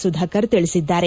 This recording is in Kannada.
ಸುಧಾಕರ್ ತಿಳಿಸಿದ್ದಾರೆ